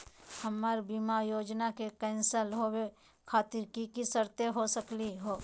हमर बीमा योजना के कैन्सल होवे खातिर कि कि शर्त हो सकली हो?